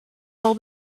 all